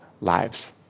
lives